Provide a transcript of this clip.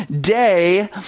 day